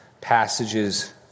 passages